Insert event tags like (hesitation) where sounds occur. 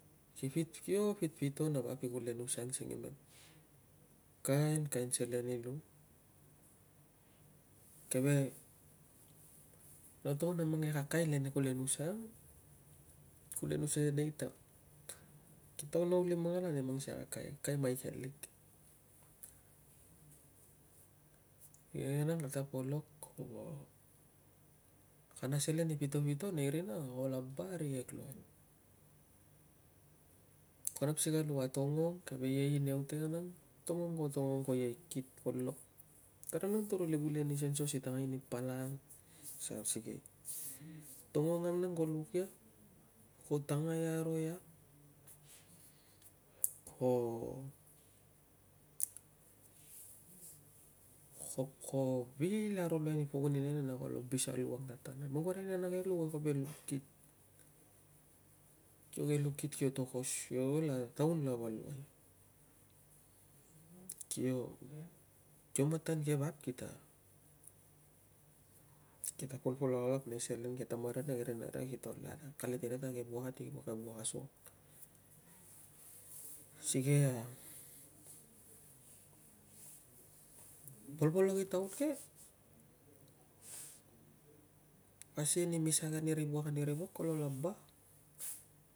Kio pito pito na vap i kulenusa ang singimem, kainkain selen i lu, (noise) keve, no togon a mang ke kakai e kulenusa, kulenusa e naitab. Ke taun no kuli mangal ani mang sikei a kakai, kakai michael lik. Igenen ang kata polok, ko, kana selen i pito pito nei rina ko laba arikek luai. Ko nap si ka luk a tongong, keve ei inei uten ang. Tongong ko tongong ko ei kit, ko lok. Tara nang toro uli gule ni senso si tangai ni palang asang si ke. Tongong ang nang ko luk ia, ko tangai aro ia, ko (hesitation) ko vil aro luai ni pukun ina na kolo abis a lu ang tatana. Man ku arai ni kana ke lu ko lu kit. Kio ke lu kit, kio tokos. Kio ol a taun lava luai. Kio, kio matan ke vap, kita, (noise) kita polpolok alak nei selen ke tamaria na ke ri naria kito akalit iria ta ke wuak a ti kari wuak asuang. Sikei a, polpolok i taun ke, pasin i misag ani ri wuak ani ri wuak kolo laba